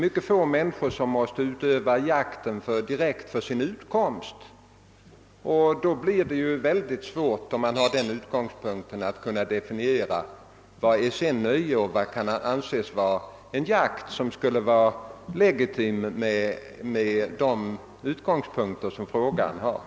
Mycket få måste alitså utöva jakt för sin utkomst. Om man har denna utgångspunkt blir det mycket svårt att definiera vad som är nöjesjakt och vad som för herr Sjöholm är legitim jakt.